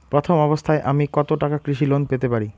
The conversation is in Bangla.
প্রথম অবস্থায় আমি কত টাকা কৃষি লোন পেতে পারি?